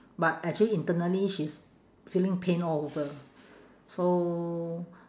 but actually internally she's feeling pain all over so